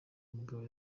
mugabo